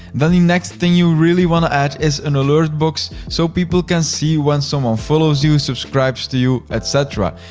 then the next thing you really wanna add is an alert box so people can see when someone follows you, subscribes to you, et cetera.